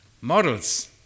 models